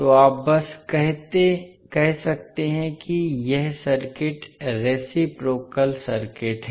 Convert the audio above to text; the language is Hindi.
तो आप बस कह सकते हैं कि यह सर्किट रेसिप्रोकल सर्किट है